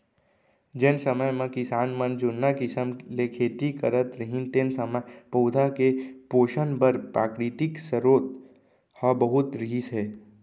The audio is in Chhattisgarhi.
जेन समे म किसान मन जुन्ना किसम ले खेती करत रहिन तेन समय पउधा के पोसन बर प्राकृतिक सरोत ह बहुत रहिस हे